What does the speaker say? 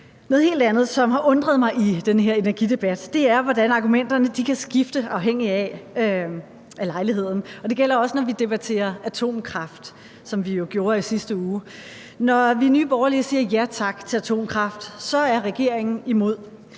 Noget helt andet, som har undret mig i den her energidebat, er, hvordan argumenterne kan skifte, afhængigt af lejligheden. Det gælder også, når vi debatterer atomkraft, hvad vi jo gjorde i sidste uge. Når vi i Nye Borgerlige siger ja tak til atomkraft, er regeringen imod.